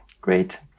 Great